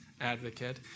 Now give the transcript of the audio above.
advocate